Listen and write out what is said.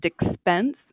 expense